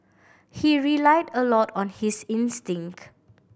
he relied a lot on his instincts